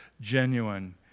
genuine